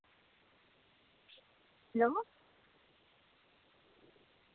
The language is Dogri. जम्मू